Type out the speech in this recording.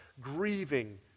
grieving